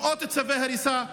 מאות צווי הריסה.